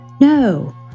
No